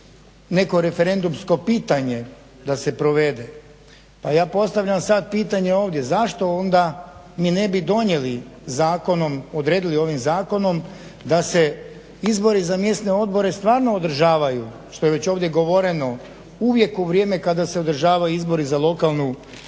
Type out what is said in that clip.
neko referendumsko pitanje da se provede, pa ja postavljam sad pitanjem ovdje zašto onda mi ne bi donijeli zakonom, odredili ovim zakonom da se izbori za mjesne odbore stvarno održavaju što je već ovdje govoreno, uvijek u vrijeme kada se održavaju izbori za lokalnu,